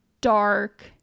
dark